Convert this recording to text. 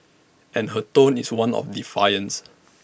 and her tone is one of defiance